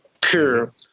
pure